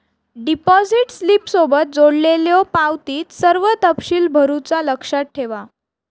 deposit स्लिपसोबत जोडलेल्यो पावतीत सर्व तपशील भरुचा लक्षात ठेवा